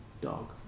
dog